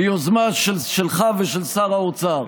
ביוזמה שלך ושל שר האוצר,